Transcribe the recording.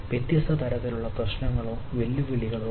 വ്യത്യസ്ത തരത്തിലുള്ള പ്രശ്നങ്ങളോ വെല്ലുവിളികളോ ഉണ്ട്